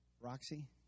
Roxy